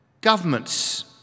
governments